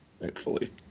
Thankfully